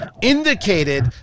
indicated